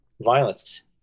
violence